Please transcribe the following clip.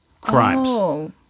crimes